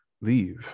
leave